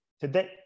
Today